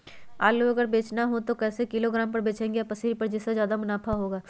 आलू अगर बेचना हो तो हम उससे किलोग्राम पर बचेंगे या पसेरी पर जिससे ज्यादा मुनाफा होगा?